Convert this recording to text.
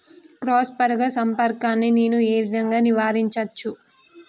Cross పరాగ సంపర్కాన్ని నేను ఏ విధంగా నివారించచ్చు?